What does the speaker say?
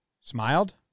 Smiled